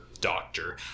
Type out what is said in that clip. doctor